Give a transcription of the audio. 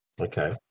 okay